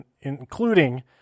including